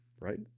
right